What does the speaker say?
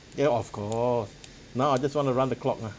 ya of course now I just want to run the clock ah